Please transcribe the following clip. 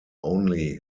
only